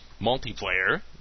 multiplayer